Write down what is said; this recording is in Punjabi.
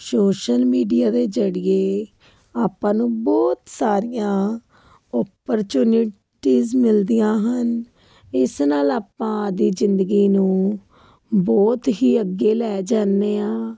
ਸ਼ੋਸ਼ਲ ਮੀਡੀਆ ਦੇ ਜਰੀਏ ਆਪਾਂ ਨੂੰ ਬਹੁਤ ਸਾਰੀਆਂ ਓਪਰਚੁਨੀ ਟੀਜ਼ ਮਿਲਦੀਆਂ ਹਨ ਇਸ ਨਾਲ ਆਪਾਂ ਆਪਣੀ ਜ਼ਿੰਦਗੀ ਨੂੰ ਬਹੁਤ ਹੀ ਅੱਗੇ ਲੈ ਜਾਂਦੇ ਹਾਂ